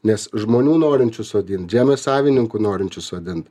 nes žmonių norinčių sodint žemės savininkų norinčių sodint